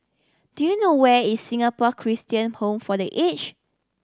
do you know where is Singapore Christian Home for The Aged